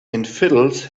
infidels